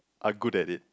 are good at it